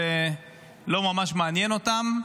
זה לא ממש מעניין אותם.